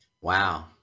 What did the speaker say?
Wow